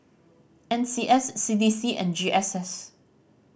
N C S C D C and G S S